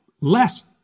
less